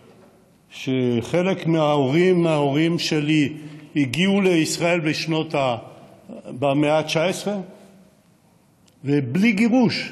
וחלק מההורים של ההורים שלי הגיעו לישראל במאה ה-19 ובלי גירוש.